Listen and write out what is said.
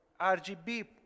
RGB